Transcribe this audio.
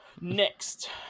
Next